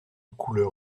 couleur